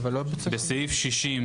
בסעיף 60,